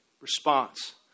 response